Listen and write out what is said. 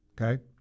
okay